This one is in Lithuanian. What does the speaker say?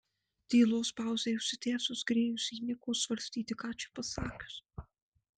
tylos pauzei užsitęsus grėjus įniko svarstyti ką čia pasakius